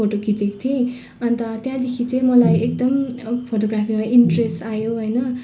photo खिँचेको थिएँ अन्त त्यहाँदेखि चाहिँ मलाई एकदम फोटोग्राफीमा इन्ट्रेस्ट आयो होइन